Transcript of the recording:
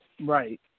Right